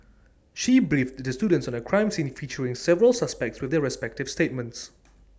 she briefed the students on A crime scene featuring several suspects with their respective statements